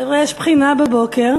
חבר'ה, יש בחינה בבוקר.